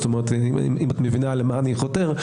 אם את מבינה למה אני חותר.